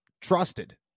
trusted